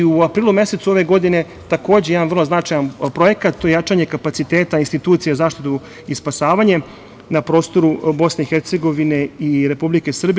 U aprilu mesecu, ove godine, takođe jedan vrlo značajan projekat, to je „Jačanje kapaciteta institucija zaštitu i spasavanje“, na prostoru BiH i Republike Srbije.